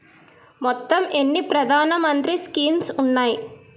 మొత్తం ఎన్ని ప్రధాన మంత్రి స్కీమ్స్ ఉన్నాయి?